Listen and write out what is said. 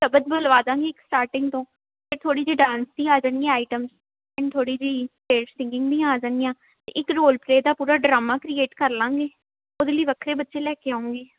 ਸ਼ਬਦ ਬੁਲਵਾਦਾਂਗੀ ਇੱਕ ਸਟਾਰਟਿੰਗ ਤੋਂ ਅਤੇ ਥੋੜ੍ਹੀ ਜਿਹੀ ਡਾਂਸ ਦੀਆਂ ਆ ਜਾਣਗੀਆਂ ਐਟਮਸ ਐਂਡ ਥੋੜ੍ਹੀ ਜਿਹੀ ਸਟੇਟ ਸਿੰਗਿਗ ਵੀ ਆ ਜਾਣਗੀਆਂ ਇੱਕ ਰੋਲ ਪਲੇ ਦਾ ਪੂਰਾ ਡਰਾਮਾ ਕ੍ਰੀਏਟ ਕਰ ਲਾਂਗੇ ਉਹਦੇ ਲਈ ਵੱਖਰੇ ਬੱਚੇ ਲੈ ਕੇ ਆਉਂਗੀ